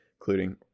including